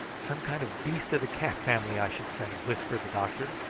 some kind of beast of the cat family, i should say, whispered the doctor.